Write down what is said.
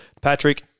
Patrick